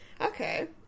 Okay